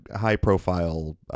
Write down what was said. high-profile